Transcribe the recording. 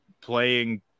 playing